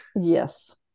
yes